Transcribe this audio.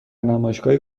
نمایشگاهی